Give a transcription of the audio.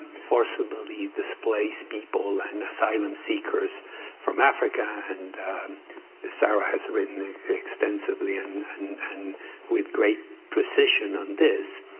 forcibly displaced people and asylum speakers from africa. and and sarah has written extensively and and with great precision on this.